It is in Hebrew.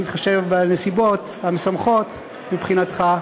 בהתחשב בנסיבות המשמחות מבחינתך,